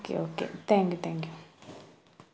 okay okay thank you thank you